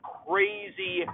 crazy